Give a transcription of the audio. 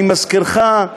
אני מזכירך,